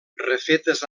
refetes